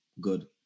good